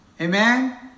Amen